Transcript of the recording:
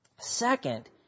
Second